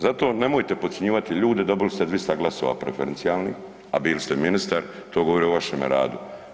Zato nemojte podcjenjivati ljude, dobili ste 200 glasova preferencijalnih, a bili ste ministar, to govori o vašemu radu.